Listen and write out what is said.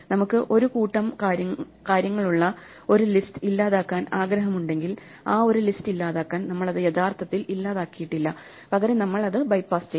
നമുക്ക് ഒരു കൂട്ടം കാര്യങ്ങളുള്ള ഒരു ലിസ്റ്റ് ഇല്ലാതാക്കാൻ ആഗ്രഹമുണ്ടെങ്കിൽ ആ ഒരു ലിസ്റ്റ് ഇല്ലാതാക്കാൻ നമ്മൾ അത് യഥാർത്ഥത്തിൽ ഇല്ലാതാക്കിയിട്ടില്ല പകരം നമ്മൾ അത് ബെപാസ്സ് ചെയ്തു